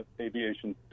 aviation